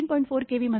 4 KV म्हणता